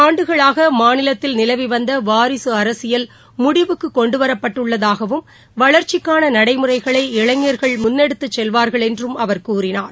ஆண்டுகளாக நிலவி வந்த வாரிசு பல அரசியல் முடிவுக்கு கொண்டுவரப்பட்டுள்ளதாவும் வளர்ச்சிக்கான நடைமுறைகளை இளைஞர்கள் முன்னெடுத்துச் செல்வார்கள் என்றும் அவர் கூறினார்